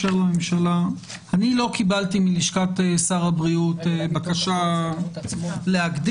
אני לא קיבלתי מלשכת שר הבריאות בקשה להקדים.